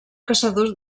caçador